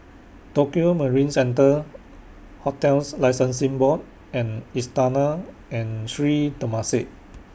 Tokio Marine Centre hotels Licensing Board and Istana and Sri Temasek